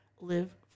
live